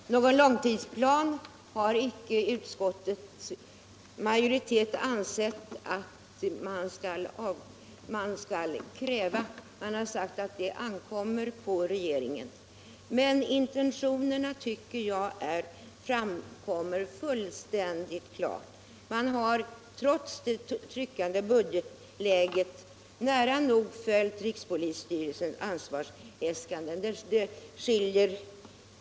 Herr talman! Någon långtidsplan har utskottsmajoriteten inte ansett att man skall kräva. Det ankommer på regeringen att göra en sådan, har utskottet sagt. Men intentionerna tycker jag framkommer helt klart. Trots det trängda budgetläget har man nära nog helt följt rikspolisstyrelsens anslagsäskanden.